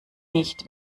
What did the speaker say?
nicht